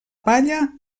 palla